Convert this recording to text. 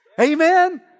Amen